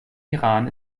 iran